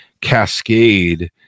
cascade